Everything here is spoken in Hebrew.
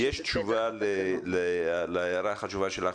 יש תשובה להערה החשובה שלך.